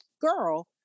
girl